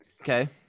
Okay